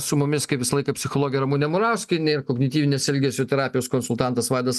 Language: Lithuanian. su mumis kaip visą laiką psichologė ramunė murauskienė ir kognityvinės elgesio terapijos konsultantas vaidas